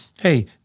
hey